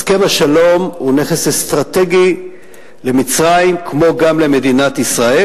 הסכם השלום הוא נכס אסטרטגי למצרים כמו גם למדינת ישראל,